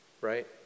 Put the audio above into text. right